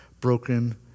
broken